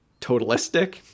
totalistic